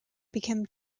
became